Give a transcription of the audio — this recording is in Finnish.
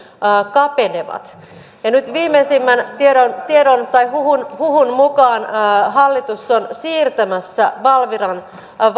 kapenevat nyt viimeisimmän tiedon tiedon tai huhun huhun mukaan hallitus on siirtämässä valviran